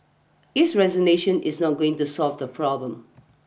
his resignation is not going to solve the problem